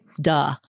duh